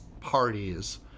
parties